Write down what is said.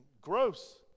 gross